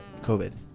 COVID